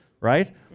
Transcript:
right